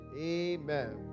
amen